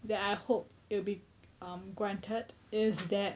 that I hope it will be um granted is that